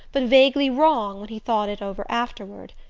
but vaguely wrong when he thought it over afterward.